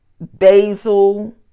basil